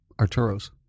Arturo's